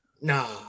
nah